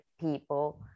people